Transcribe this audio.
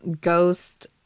ghost